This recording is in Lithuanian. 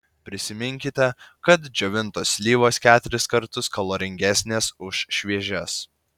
prisiminkite kad džiovintos slyvos keturis kartus kaloringesnės už šviežias